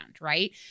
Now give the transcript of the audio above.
right